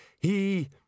He